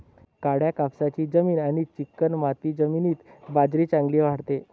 काळ्या कापसाची जमीन आणि चिकणमाती जमिनीत बाजरी चांगली वाढते